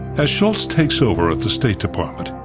as shultz takes over at the state department,